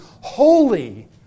holy